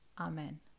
Amen